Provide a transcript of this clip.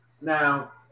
Now